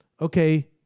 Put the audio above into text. okay